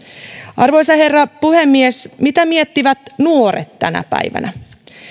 arvoisa herra puhemies mitä miettivät nuoret tänä päivänä